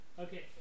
Okay